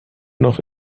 noch